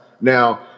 Now